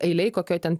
eilėj kokioj ten